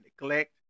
neglect